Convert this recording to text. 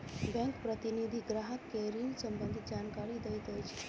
bank प्रतिनिधि ग्राहक के ऋण सम्बंधित जानकारी दैत अछि